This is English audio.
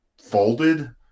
folded